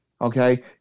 Okay